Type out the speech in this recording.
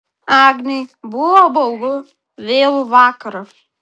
agnei buvo baugu vėlų vakarą